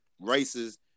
races